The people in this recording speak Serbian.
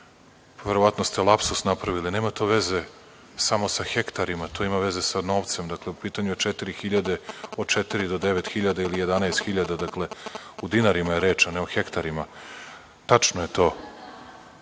verovatno ste lapsus napravili, nema to veze samo sa hektarima, to ima veze sa novcem. Dakle, u pitanju je 4.000, od 4.000 do 9.000 ili 11.000. Dakle, u dinarima je reč, a ne o hektarima. Tačno je to,